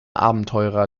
abenteurer